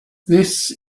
this